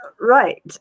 Right